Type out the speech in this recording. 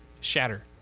Shatter